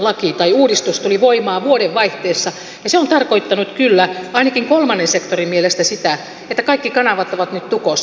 tämä palkkatukilain uudistus tuli voimaan vuodenvaihteessa ja se on tarkoittanut kyllä ainakin kolmannen sektorin mielestä sitä että kaikki kanavat ovat nyt tukossa